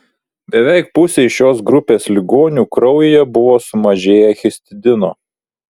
beveik pusei šios grupės ligonių kraujyje buvo sumažėję histidino